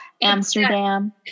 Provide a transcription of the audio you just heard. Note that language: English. Amsterdam